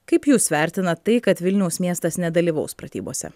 kaip jūs vertinat tai kad vilniaus miestas nedalyvaus pratybose